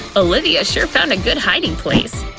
olivia sure found a good hiding place.